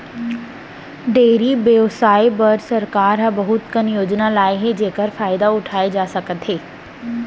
dairy बेवसाय बर सरकार ह बहुत कन योजना लाए हे जेकर फायदा उठाए जा सकत हे